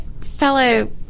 fellow